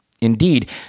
Indeed